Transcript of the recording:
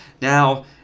Now